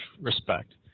respect